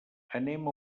anem